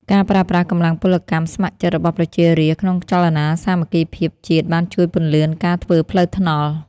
ការប្រើប្រាស់កម្លាំងពលកម្មស្ម័គ្រចិត្តរបស់ប្រជារាស្ត្រក្នុងចលនាសាមគ្គីភាពជាតិបានជួយពន្លឿនការធ្វើផ្លូវថ្នល់។